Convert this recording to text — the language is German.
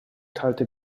teilte